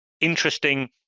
interesting